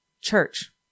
Church